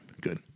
good